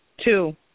Two